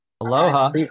Aloha